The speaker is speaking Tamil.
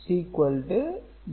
C A